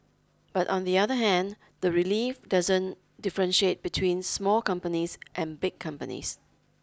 but on the other hand the relief doesn't differentiate between small companies and big companies